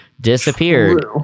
Disappeared